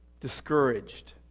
discouraged